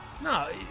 No